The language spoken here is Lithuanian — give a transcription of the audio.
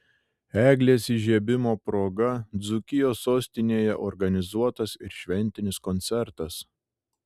eglės įžiebimo proga dzūkijos sostinėje organizuotas ir šventinis koncertas